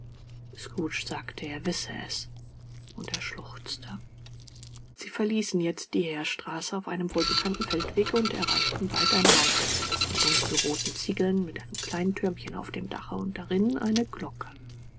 scrooge sagte er wisse es und er schluchzte sie verließen jetzt die heerstraße auf einem wohlbekannten feldwege und erreichten bald ein haus von dunkelroten ziegeln mit einem kleinen türmchen auf dem dache und darin eine glocke